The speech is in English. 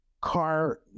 car